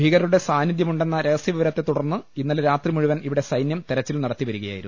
ഭീകരരുടെ സാന്നിധ്യമുണ്ടെന്ന രഹ സ്യവിവരത്തെ തുടർന്ന് ഇന്നലെ രാത്രി മുതൽ ഇവിടെ സൈന്യം തെരച്ചിൽ നടത്തിവരികയായിരുന്നു